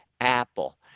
Apple